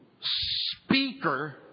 speaker